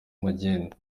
magendu